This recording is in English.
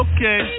Okay